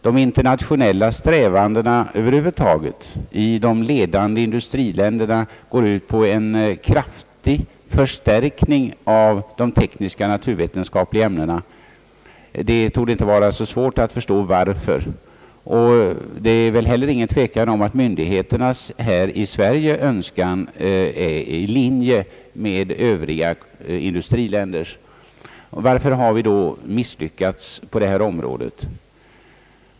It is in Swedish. De internationella strävandena över huvud taget i de ledande industriländerna går ut på en kraftig förstärkning av de tekniska och naturvetenskapliga ämnena. Det torde inte vara svårt att förstå varför. Det är väl heller ingen tvekan om att här i Sverige myndigheternas önskan är i linje med övriga industriländers. Varför har vi då misslyckats på detta område?